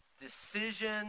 decision